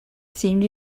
seemed